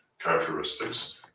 characteristics